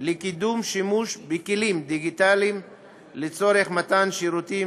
לקידום שימוש בכלים דיגיטליים לצורך מתן שירותים